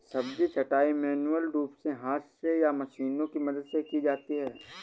सब्जी छँटाई मैन्युअल रूप से हाथ से या मशीनों की मदद से की जाती है